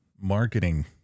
marketing